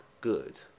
good